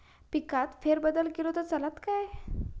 पिकात फेरबदल केलो तर चालत काय?